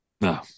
No